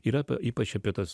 ir apie ypač apie tuos